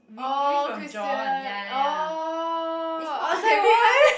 oh Christian oh I said why